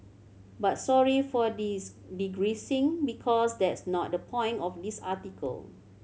but sorry for dis digressing because that's not the point of this article